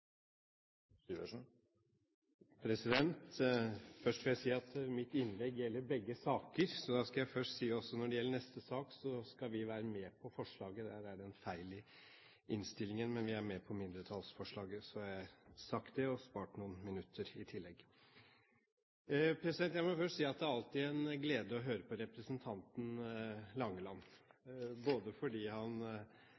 aktører. Først vil jeg si at mitt innlegg gjelder begge finanskomiteens saker. Da skal jeg først si at også når det gjelder neste sak, skal vi være med på forslaget. Der er det en feil i innstillingen, men vi er med på mindretallsforslaget. Så har jeg sagt det, og spart noen minutter i tillegg. Jeg må først si at det alltid er en glede å høre på representanten Langeland,